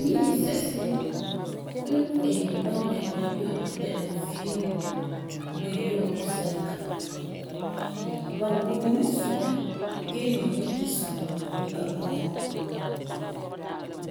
Niihi n eeri ba nyu'uŋɔ de la viiŋɔ bee yu'uŋɔ sɛlika. Ba wuni mɛ suŋa gee mi nyɛta suŋa lika puan.